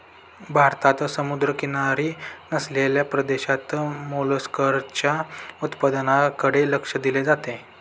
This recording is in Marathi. भारतात समुद्रकिनारी नसलेल्या प्रदेशात मोलस्काच्या उत्पादनाकडे लक्ष दिले जाते